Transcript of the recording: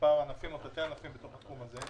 למספר ענפים או חלקי ענפים בתוך התחום הזה.